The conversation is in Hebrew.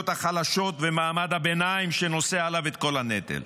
החלשות ומעמד הביניים שנושא עליו את כל הנטל,